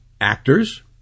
actors